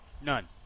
None